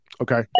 Okay